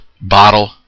bottle